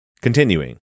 Continuing